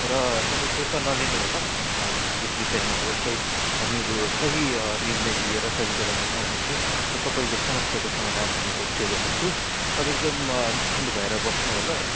र तपाईँ सुर्ता नलिनुहोला यस विषयमा अवश्यै हामीहरू सही निर्णय लिएर सही कदम उठाउनेछु र तपाईँको समस्याको समाधान हामी अवश्य गर्नेछु तपाईँ एकदम निश्चिन्त भएर बस्नुहोला है